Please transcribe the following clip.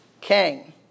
king